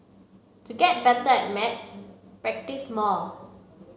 to get better at maths practise more